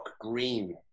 Green